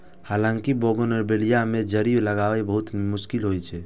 हालांकि बोगनवेलिया मे जड़ि लागब बहुत मुश्किल होइ छै